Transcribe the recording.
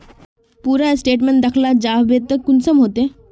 पूरा स्टेटमेंट देखला चाहबे तो कुंसम होते?